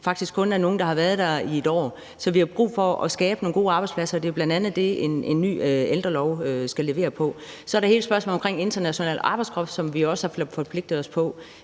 faktisk kun er nogle, der har været der i et år. Så vi har brug for at skabe nogle gode arbejdspladser, og det er bl.a. det, som en ny ældrelov skal levere på. Så er der hele spørgsmålet om international arbejdskraft, som vi også har forpligtet os i